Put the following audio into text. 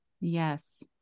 Yes